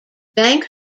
bank